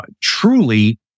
truly